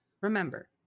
Remember